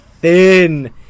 thin